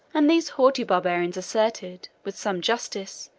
and these haughty barbarians asserted, with some justice,